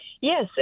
Yes